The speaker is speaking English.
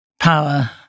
power